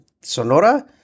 Sonora